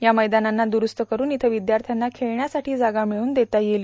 या मैदानांवा द्ररूस्त करूव इयं विद्यार्थ्यांना खेळण्यासाठी जागा मिळवून देता चेईल